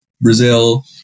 Brazil